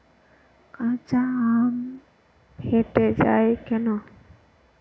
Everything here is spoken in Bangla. কাঁচা আম ফেটে য়ায় কেন?